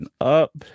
up